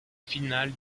finale